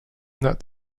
that